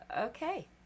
Okay